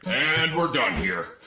and we're done here.